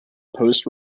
post